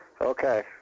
Okay